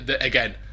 again